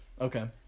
Okay